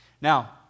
Now